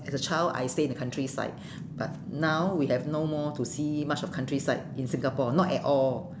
as a child I stay in the countryside but now we have no more to see much of countryside in singapore not at all